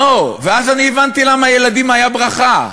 לא, ואז אני הבנתי למה ילדים היה ברכה,